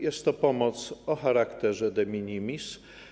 Jest to pomoc o charakterze de minimis.